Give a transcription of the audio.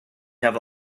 have